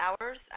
hours